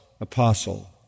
apostle